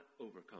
overcome